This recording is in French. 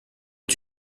est